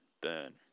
burn